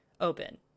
open